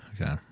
Okay